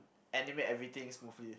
animate everything smoothly